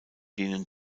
denen